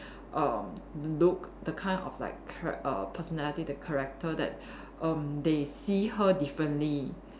err look the kind of like chara~ err personality the character that erm they see her differently